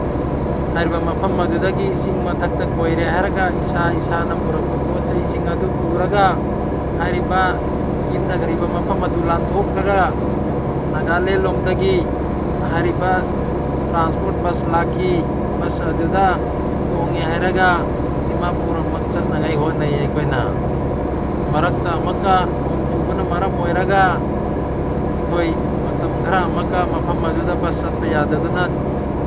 ꯍꯥꯏꯔꯤꯕ ꯃꯐꯝ ꯑꯗꯨꯗꯒꯤ ꯆꯤꯡ ꯃꯊꯛꯇ ꯀꯣꯏꯔꯦ ꯍꯥꯏꯔꯒ ꯏꯁꯥ ꯏꯁꯥꯅ ꯄꯨꯔꯛꯄ ꯄꯣꯠ ꯆꯩꯁꯤꯡ ꯑꯗꯨ ꯄꯨꯔꯒ ꯍꯥꯏꯔꯤꯕ ꯀꯤꯟꯊꯈ꯭ꯔꯤꯕ ꯃꯐꯝ ꯑꯗꯨ ꯂꯥꯟꯊꯣꯛꯂꯒ ꯅꯥꯒꯥꯂꯦꯟꯂꯣꯝꯗꯒꯤ ꯍꯥꯏꯔꯤꯕ ꯇ꯭ꯔꯥꯟꯁꯄꯣꯔꯠ ꯕꯁ ꯂꯥꯛꯈꯤ ꯕꯁ ꯑꯗꯨꯗ ꯇꯣꯡꯉꯦ ꯍꯥꯏꯔꯒ ꯗꯤꯃꯥꯄꯨꯔ ꯑꯃꯛ ꯆꯠꯅꯉꯥꯏ ꯍꯣꯠꯅꯩ ꯑꯩꯈꯣꯏꯅ ꯃꯔꯛꯇ ꯑꯃꯛꯀ ꯅꯣꯡ ꯆꯨꯕꯅ ꯃꯔꯝ ꯑꯣꯏꯔꯒ ꯑꯩꯈꯣꯏ ꯃꯇꯝ ꯈꯔ ꯑꯃꯛꯀ ꯃꯐꯝ ꯑꯗꯨꯗ ꯕꯁ ꯆꯠꯄ ꯌꯥꯗꯗꯨꯅ